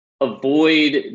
avoid